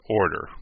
order